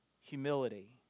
Humility